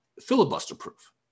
filibuster-proof